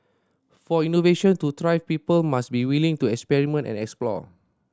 for innovation to thrive people must be willing to experiment and explore